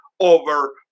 over